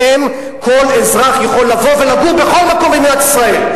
וכל אזרח יכול לבוא ולגור בכל מקום במדינת ישראל.